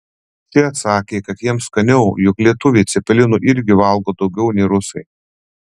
ši atsakė kad jiems skaniau juk lietuviai cepelinų irgi valgo daugiau nei rusai